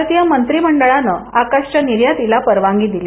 भारतीय मंत्रिमंडळाने आकाश च्या निर्यातीला परवानगी दिली